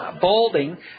Balding